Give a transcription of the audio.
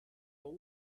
what